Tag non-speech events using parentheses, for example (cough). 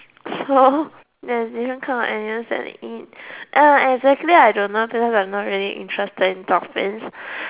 so (laughs) there's different kinds of animals that they eat ex~exactly I don't know cause I'm not really interested in dolphins